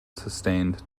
sustained